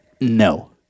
No